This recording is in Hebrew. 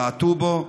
בעטו בו,